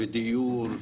דיור,